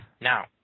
Now